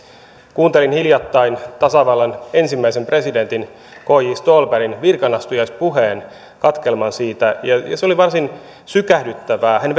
kuuntelin hiljattain tasavallan ensimmäisen presidentin k j ståhlbergin virkaanastujaispuheen katkelman siitä ja se oli varsin sykähdyttävää hän